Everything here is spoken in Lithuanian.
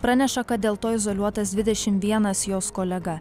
praneša kad dėl to izoliuotas dvidešimt vienas jos kolega